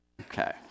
Okay